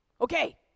Okay